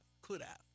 could-have